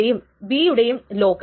അത് blind right അല്ല